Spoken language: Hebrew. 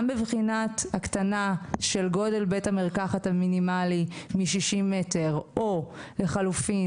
גם בבחינת הקטנה של גודל בית המרקחת המינימלי מ-60 מטר או לחלופין